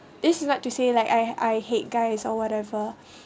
this is not to say like I I hate guys or whatever